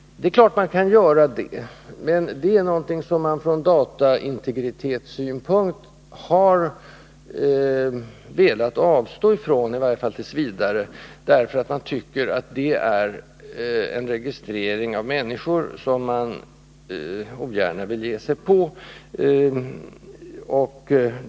Det är klart att man skulle kunna införa en registrering, men det är någonting som man från integritetssynpunkt har velat avstå ifrån, i varje fall t. v. Många tycker att detta är en typ av registrering av människor som man ogärna vill ge sig in på.